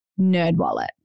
Nerdwallet